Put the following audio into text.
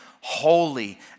holy